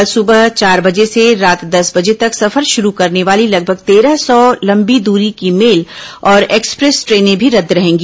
कल सुबह चार बजे से रात दस बजे तक सफर शुरू करने वाली लगभग तेरह सौ लंबी दूरी की मेल और एक्सप्रेस ट्रेने भी रद्द रहेंगी